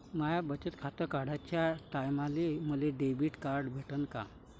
माय बचत खातं काढाच्या टायमाले मले डेबिट कार्ड भेटन का?